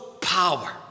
Power